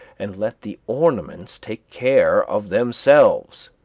and let the ornaments take care of themselves.